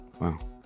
Wow